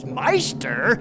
meister